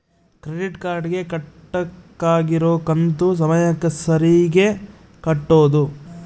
credit card ಗೆ ಕಟ್ಬಕಾಗಿರೋ ಕಂತು ಸಮಯಕ್ಕ ಸರೀಗೆ ಕಟೋದು